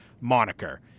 moniker